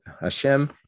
Hashem